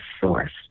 source